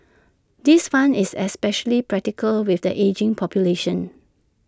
this fund is especially practical with an ageing population